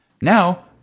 Now